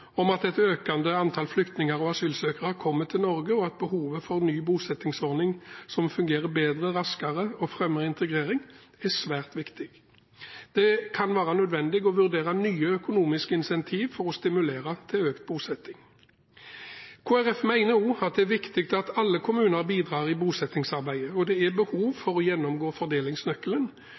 at et økende antall flyktninger og asylsøkere kommer til Norge – og at behovet for en ny bosettingsordning som fungerer bedre og raskere, og som fremmer integrering, er svært viktig. Det kan være nødvendig å vurdere nye økonomiske incentiver for å stimulere til økt bosetting. Kristelig Folkeparti mener også det er viktig at alle kommuner bidrar i bosettingsarbeidet, og at det er behov for å gjennomgå fordelingsnøkkelen